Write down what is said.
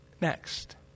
next